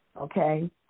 okay